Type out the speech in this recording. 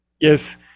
Yes